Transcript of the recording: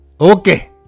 Okay